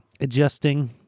adjusting